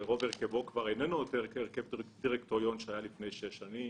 שרוב הרכבו כבר איננו אותו הרכב דירקטוריון שהיה לפני שש שנים,